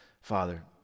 Father